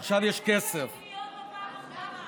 אנחנו הורדנו את הגירעון הכלכלי לאפס.